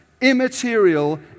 immaterial